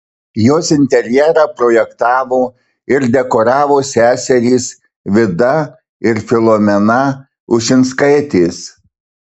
jos interjerą projektavo ir dekoravo seserys vida ir filomena ušinskaitės